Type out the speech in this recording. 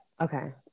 okay